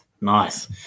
Nice